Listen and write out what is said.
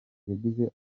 yagize